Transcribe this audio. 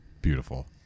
beautiful